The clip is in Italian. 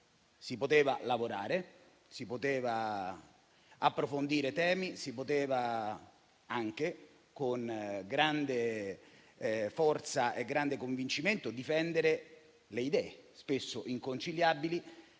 si poteva lavorare, si potevano approfondire i temi; si potevano anche, con grande forza e grande convincimento, difendere le idee spesso inconciliabili,